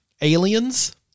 Aliens